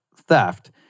theft